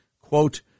quote